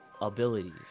abilities